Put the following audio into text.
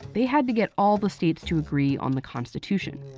they had to get all the states to agree on the constitution.